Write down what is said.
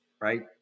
right